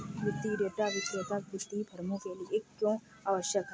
वित्तीय डेटा विक्रेता वित्तीय फर्मों के लिए क्यों आवश्यक है?